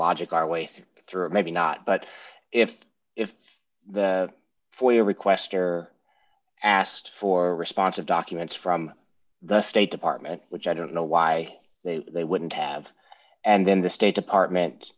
logic our way through it maybe not but if if the for your request or asked for a response of documents from the state department which i don't know why they they wouldn't have and then the state department